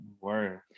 word